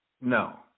No